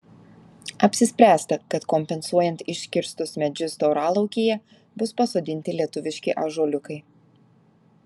apsispręsta kad kompensuojant iškirstus medžius tauralaukyje bus pasodinti lietuviški ąžuoliukai